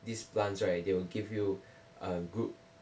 these plants right they will give you err good